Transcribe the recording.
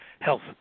health